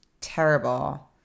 terrible